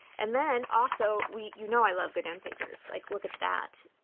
and then also we you know i love good end papers like look at that.